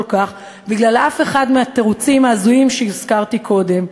כך בגלל אף אחד מהתירוצים ההזויים שהזכרתי קודם.